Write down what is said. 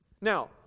Now